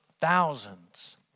thousands